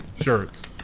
shirts